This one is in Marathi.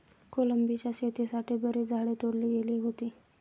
कोलंबीच्या शेतीसाठी बरीच झाडे तोडली गेली होती